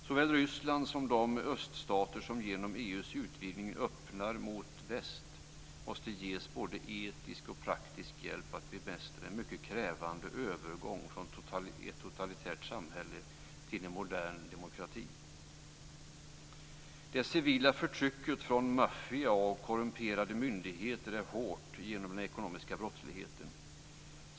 Såväl Ryssland som de öststater som genom EU:s utvidgning öppnar mot väst måste ges både etisk och praktisk hjälp att bemästra den mycket krävande övergången från ett totalitärt samhälle till en modern demokrati. Det civila förtrycket från maffia och korrumperade myndigheter är hårt genom den ekonomiska brottsligheten.